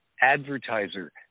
advertiser